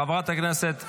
חברת הכנסת פרידמן.